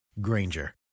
Granger